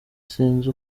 sinzi